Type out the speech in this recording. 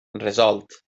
resolt